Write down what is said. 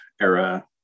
era